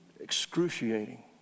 Excruciating